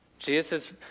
Jesus